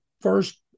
first